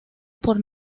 por